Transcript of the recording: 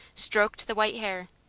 stroked the white hair,